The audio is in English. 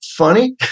funny